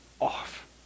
off